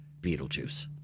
Beetlejuice